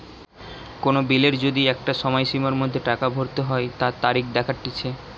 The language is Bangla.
কোন বিলের যদি একটা সময়সীমার মধ্যে টাকা ভরতে হই তার তারিখ দেখাটিচ্ছে